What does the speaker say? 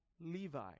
Levi